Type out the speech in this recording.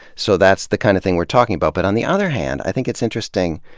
so that's the kind of thing we're talking about. but on the other hand, i think it's interesting,